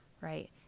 right